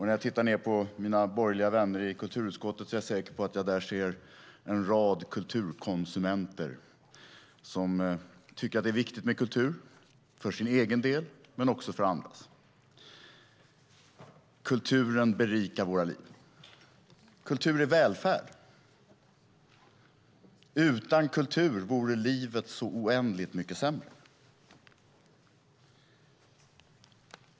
När jag tittar på mina borgerliga vänner i kulturutskottet är jag säker på att jag där ser en rad kulturkonsumenter som tycker att det är viktigt med kultur, både för egen del och för andras. Kulturen berikar våra liv. Kultur är välfärd. Utan kultur vore livet så oändligt mycket sämre.